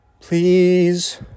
please